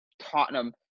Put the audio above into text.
Tottenham